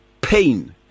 pain